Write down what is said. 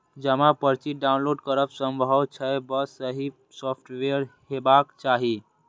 जमा पर्ची डॉउनलोड करब संभव छै, बस सही सॉफ्टवेयर हेबाक चाही